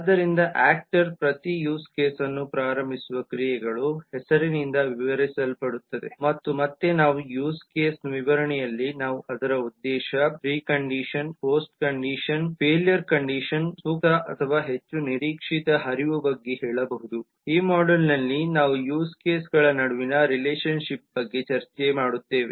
ಆದ್ದರಿಂದ ಆಕ್ಟರ್ ಪ್ರತಿ ಯೂಸ್ ಕೇಸನ್ನು ಪ್ರಾರಂಭಿಸುವ ಕ್ರಿಯೆಗಳು ಹೆಸರಿನಿಂದ ವಿವರಿಸಲ್ಪಡುತ್ತವೆ ಮತ್ತು ಮತ್ತೆ ನಾವು ಯೂಸ್ ಕೇಸ್ನ ವಿವರಣೆಯಲ್ಲಿ ನಾವು ಅದರ ಉದ್ದೇಶದ pre condition post condition failure condition ಸೂಕ್ತ ಅಥವಾ ಹೆಚ್ಚು ನಿರೀಕ್ಷಿತ ಹರಿವು ಬಗ್ಗೆ ಹೇಳಬಹುದು ಈ ಮಾಡ್ಯೂಲ್ನಲ್ಲಿ ನಾವು ಯೂಸ್ ಕೇಸ್ ಗಳ ನಡುವಿನ ರಿಲೇಶನ್ಶಿಪ್ಗಳ ಬಗ್ಗೆ ಚರ್ಚಿಸಿ ಮಾಡುತ್ತೇವೆ